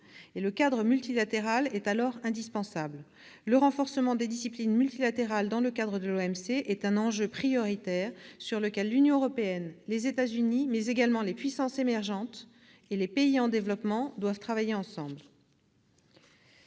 Le cadre multilatéral est alors indispensable. Le renforcement des disciplines multilatérales dans le cadre de l'OMC est un enjeu prioritaire sur lequel l'Union européenne, les États-Unis, mais également les puissances émergentes et les pays en développement doivent travailler ensemble.